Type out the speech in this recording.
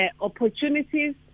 opportunities